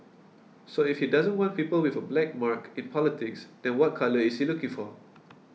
so if he doesn't want people with a black mark in politics then what colour is he looking for